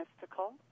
mystical